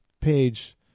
page